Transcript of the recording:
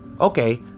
okay